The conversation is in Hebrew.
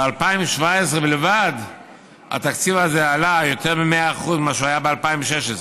ב-2017 בלבד התקציב הזה עלה ביותר מ-100% ממה שהוא היה ב-2016.